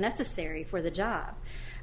necessary for the job